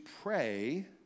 pray